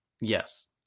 yes